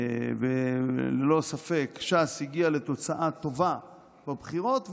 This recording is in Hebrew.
ללא ספק ש"ס הגיעה לתוצאה טובה בבחירות,